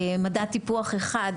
מדד טיפוח 1,